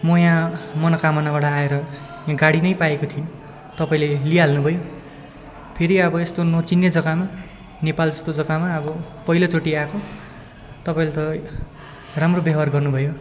म यहाँ मनोकामनाबाट आएर यहाँ गाडी नै पाएको थिइनँ तपाईँ लिइहाल्नु भयो फेरि अब यस्तो नचिन्ने जग्गामा नेपाल जस्तो जग्गामा अब पहिलोचोटि आएको तपाईँले त राम्रो व्यवहार गर्नुभयो